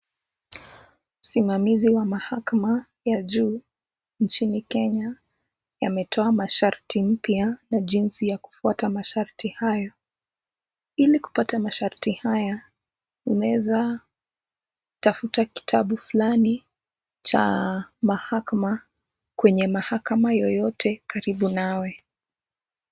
Musimamizi wa mahakama ya juu nchini Kenya, ametoa masharti mpya na jinsi ya kufuata masharti hayo. Ili kupata masharti haya, unaweza kutafuta kitabu fulani cha mahakama kwenye mahakama yoyote karibu nawe.